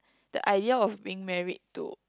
the idea of being married to